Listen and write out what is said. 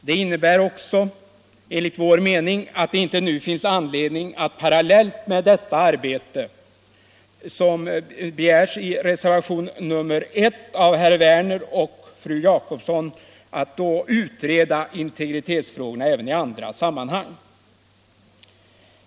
Det innebär också enligt vår mening att det inte nu finns anledning att parallellt med detta arbete, vilket begärts i reservationen 1 av herr Werner i Malmö och fru Jacobsson, utreda integritetsfrågorna även i andra sammanhang.